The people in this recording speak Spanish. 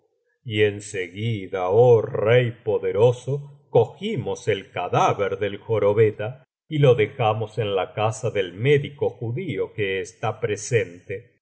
y en seguida oh rey poderoso cogimos el cadáver del jorobeta y lo dejamos en la casa del médico judío que está presente